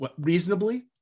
reasonably